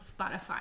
Spotify